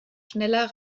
schneller